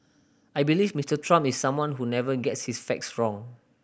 I believe Mister Trump is someone who never gets his facts wrong